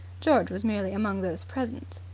george was merely among those present.